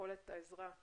ביכולת העזרה,